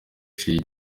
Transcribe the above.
uciye